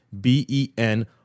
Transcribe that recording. b-e-n